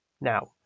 Now